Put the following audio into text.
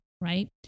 right